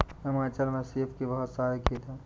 हिमाचल में सेब के बहुत सारे खेत हैं